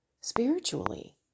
spiritually